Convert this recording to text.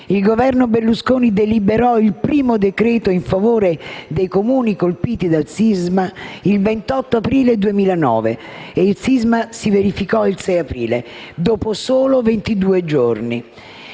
Il Governo Berlusconi deliberò il primo decreto-legge in favore dei Comuni colpiti dal sisma il 28 aprile 2009 e il sisma si verificò il 6 aprile, dopo soli ventidue giorni.